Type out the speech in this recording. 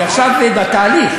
אני עכשיו בתהליך.